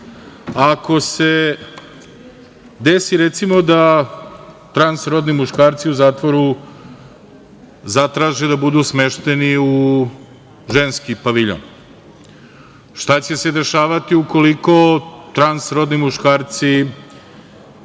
ako se recimo desi da transrodni muškarci u zatvoru zatraže da budu smešteni u ženski paviljon? Šta će se dešavati ukoliko transrodni muškarci,